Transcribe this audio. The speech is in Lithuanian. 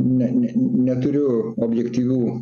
ne ne neturiu objektyvių